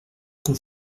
qu’on